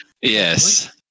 Yes